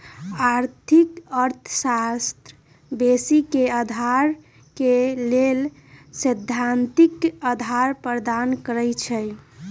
आर्थिक अर्थशास्त्र बेशी क अर्थ के लेल सैद्धांतिक अधार प्रदान करई छै